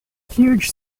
huge